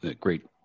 great